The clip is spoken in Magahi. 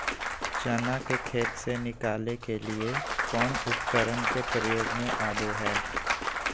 चना के खेत से निकाले के लिए कौन उपकरण के प्रयोग में आबो है?